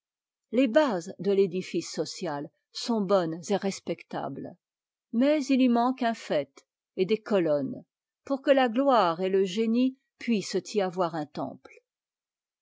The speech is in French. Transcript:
les bases de l'édifice social sont bonnes et respectables mais il y manque un faite et des colonnes pour que la gloire et le génie puissent y avoir un